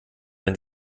wenn